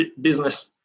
business